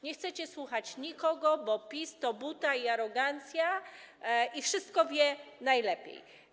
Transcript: Nie chcecie słuchać nikogo, bo PiS to buta i arogancja, wszystko wie najlepiej.